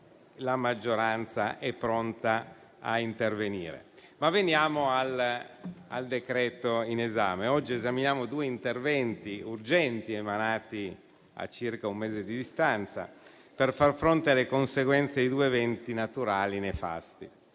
la maggioranza è pronta a intervenire. Veniamo al decreto-legge in esame: oggi esaminiamo due interventi urgenti emanati a circa un mese di distanza per far fronte alle conseguenze di due eventi naturali nefasti: